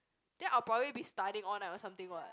then I'll probably be studying all night or something what